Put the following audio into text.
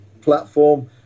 platform